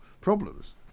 problems